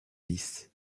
lys